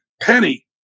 penny